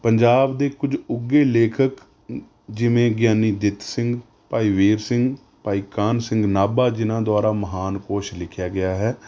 ਪੰਜਾਬ ਦੇ ਕੁਝ ਉੱਘੇ ਲੇਖਕ ਅ ਜਿਵੇਂ ਗਿਆਨੀ ਦਿੱਤ ਸਿੰਘ ਭਾਈ ਵੀਰ ਸਿੰਘ ਭਾਈ ਕਾਨ੍ਹ ਸਿੰਘ ਨਾਭਾ ਜਿਹਨਾਂ ਦੁਆਰਾ ਮਹਾਨਕੋਸ਼ ਲਿਖਿਆ ਗਿਆ ਹੈ